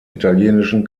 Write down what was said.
italienischen